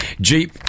Jeep